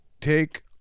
take